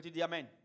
amen